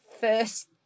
first